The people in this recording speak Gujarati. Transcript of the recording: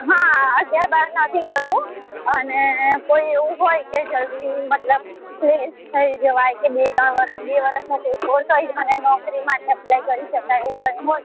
હા અગિયાર બાર નથી કરવું અને કોઈ એવું હોય કે જલ્દી મતલબ ફ્રી થઈ જવાય કે બે ત્રણ વર્ષ બે વર્ષનો કોર્સ હોય અને નોકરી માટે એપ્લાઇ કરી શકાય એવું કંઈ હોય